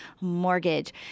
Mortgage